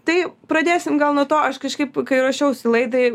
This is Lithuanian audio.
tai pradėsim gal nuo to aš kažkaip kai ruošiausi laidai